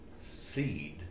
seed